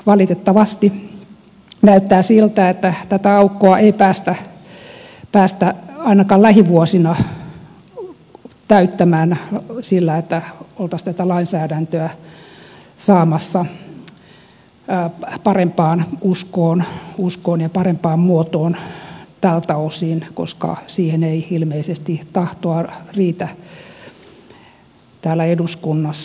valitettavasti näyttää siltä että tätä aukkoa ei päästä ainakaan lähivuosina täyttämään sillä että oltaisiin tätä lainsäädäntöä saamassa parempaan uskoon ja parempaan muotoon tältä osin koska siihen ei ilmeisesti tahtoa riitä täällä eduskunnassa